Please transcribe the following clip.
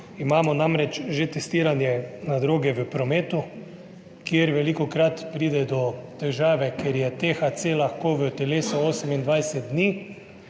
Imamo namreč že testiranje na droge v prometu, kjer velikokrat pride do težave, ker je THC lahko v telesu 28 dni.